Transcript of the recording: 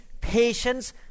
patience